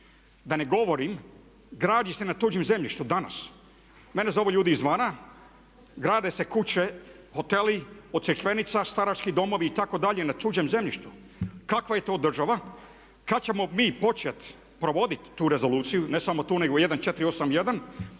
Da ne govorim gradi se na tuđem zemljištu danas. Mene zovu ljudi izvana, grade se kuće, hoteli, od Crikvenica starački domovi itd. na tuđem zemljištu. Kakva je to država. Kad ćemo mi početi provoditi tu rezoluciju? Ne samo tu nego 1481.